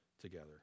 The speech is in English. together